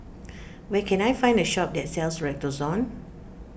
where can I find a shop that sells Redoxon